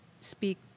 speak